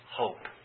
hope